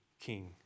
king